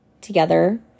together